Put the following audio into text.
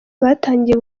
abatangiye